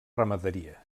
ramaderia